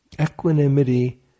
Equanimity